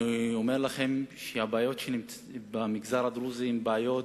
אני אומר לכם שהבעיות במגזר הדרוזי הן בעיות